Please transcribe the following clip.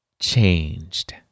changed